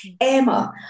Emma